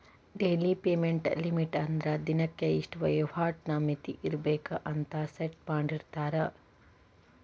daily payment limit ಅಂದ್ರ ದಿನಕ್ಕೆ ಇಷ್ಟ ವಹಿವಾಟಿನ್ ಮಿತಿ ಇರ್ಬೆಕ್ ಅಂತ ಸೆಟ್ ಮಾಡಿರ್ತಾರ